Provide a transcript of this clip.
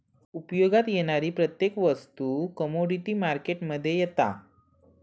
उपयोगात येणारी प्रत्येक वस्तू कमोडीटी मार्केट मध्ये येता